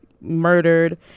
murdered